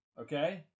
okay